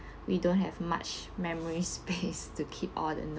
we don't have much memory space to keep all the notes